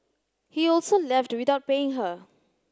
he also left without paying her